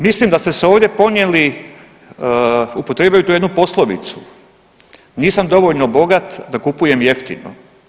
Mislim da ste se ovdje ponijeli, upotrijebio bi tu jednu poslovicu, nisam dovoljno bogat da kupujem jeftino.